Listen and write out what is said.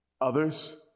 others